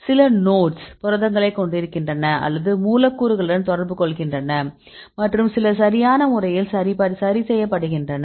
சில நோட்கள் புரதங்களைக் கொண்டிருக்கின்றன அல்லது மூலக்கூறுகளுடன் தொடர்பு கொள்கின்றன மற்றும் சில சரியான முறையில் சரிசெய்யப்படுகின்றன